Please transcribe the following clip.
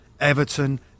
Everton